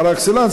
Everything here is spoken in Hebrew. פר-אקסלנס,